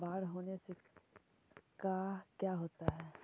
बाढ़ होने से का क्या होता है?